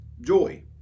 joy